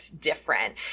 different